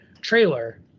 trailer